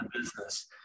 business